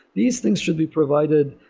these things should be provided.